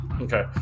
Okay